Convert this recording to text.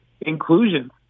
inclusion